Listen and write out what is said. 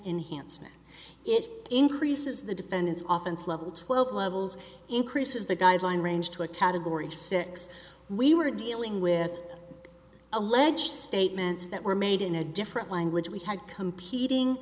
enhanced it increases the defendant's oftens level twelve levels increases the guideline range to a category six we were dealing with alleged statements that were made in a different language we had competing